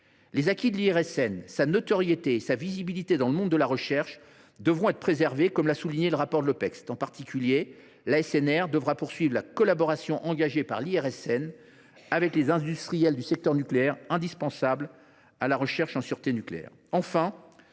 Les acquis de l’IRSN, sa notoriété et sa visibilité dans le monde de la recherche devront être préservés, comme l’a souligné le rapport de l’Opecst. En particulier, l’ASNR devra poursuivre la collaboration engagée par l’IRSN avec les industriels du secteur nucléaire, collaboration indispensable à la recherche en sûreté nucléaire.